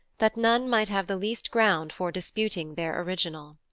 that none might have the least ground for disputing their original.